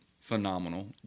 phenomenal